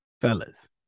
Fellas